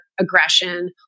aggression